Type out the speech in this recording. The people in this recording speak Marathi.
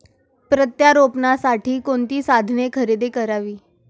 प्रत्यारोपणासाठी कोणती साधने खरेदी करावीत?